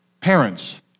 Parents